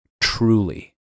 truly